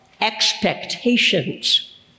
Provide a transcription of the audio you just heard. expectations